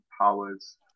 powers